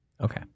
Okay